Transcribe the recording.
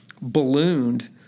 ballooned